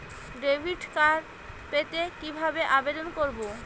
Debit card পেতে কিভাবে আবেদন করব?